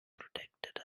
protected